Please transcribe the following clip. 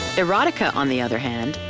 erotica on the other hand,